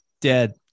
Dead